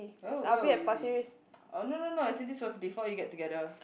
oh when will it be oh no no no as in this was before you get together